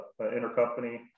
intercompany